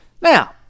Now